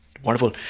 Wonderful